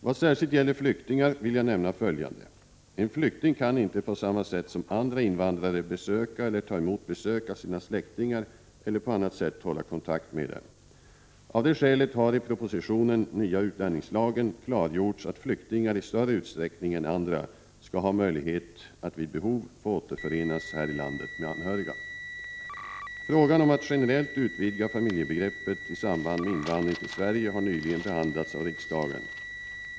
Vad särskilt gäller flyktingar vill jag nämna följande. En flykting kan inte på samma sätt som andra invandrare besöka eller ta emot besök av sina släktingar eller på annat sätt hålla kontakt med dem. Av det skälet har i propositionen Nya utlänningslagen klargjorts att flyktingar i större utsträckning än andra skall ha möjlighet att vid behov få återförenas här i landet med anhöriga. Frågan om att generellt utvidga familjebegreppet i samband med invandring till Sverige har nyligen behandlats av riksdagen.